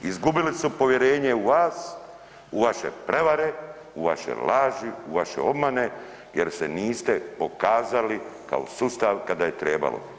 Izgubili su povjerene u vas, u vaše prevare, u vaše laži, u vaše obmane jer se niste pokazali kao sustav kada je trebalo.